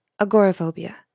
agoraphobia